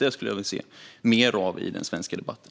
Det skulle jag vilja se mer av i den svenska debatten.